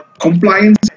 compliance